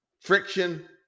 friction